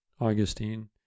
Augustine